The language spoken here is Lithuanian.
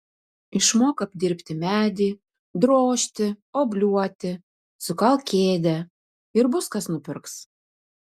išmok apdirbti medį drožti obliuoti sukalk kėdę ir bus kas nupirks